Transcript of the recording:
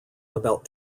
about